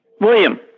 William